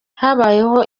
habayeho